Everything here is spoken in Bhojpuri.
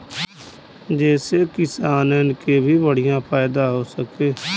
जेसे किसानन के भी बढ़िया फायदा हो सके